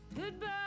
Goodbye